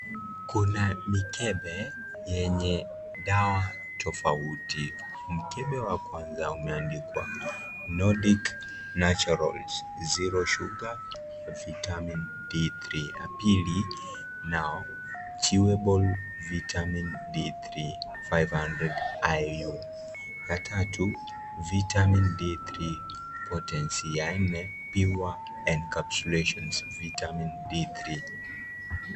Kuna mikebe yenye dawa tofauti tofauti, mikebe wa kwanza umeandikwa(cs) Nordic naturals zero sugar vitamin D3(cs) ya pili (cs) now chewable vitamin D3 500IU(cs) ya tatu (cs) Vitamin D3 potency(cs) na ya nne (cs) pure encapsulations vitamin D3(cs).